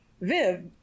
Viv